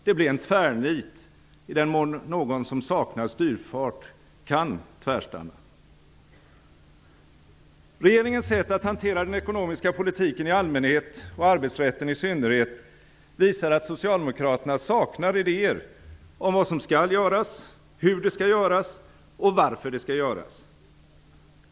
Det blev en tvärnit - i den mån någon som saknar styrfart kan tvärstanna. Regeringens sätt att hantera den ekonomiska politiken i allmänhet och arbetsrätten i synnerhet visar att socialdemokraterna saknar idéer om vad som skall göras, hur det skall göras och varför det skall göras.